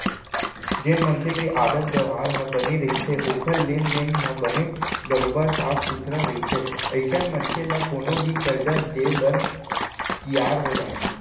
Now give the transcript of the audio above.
जेन मनसे के आदत बेवहार ह बने रहिथे ओखर लेन देन ह बने बरोबर साफ सुथरा रहिथे अइसन मनखे ल कोनो भी करजा देय बर तियार हो जाथे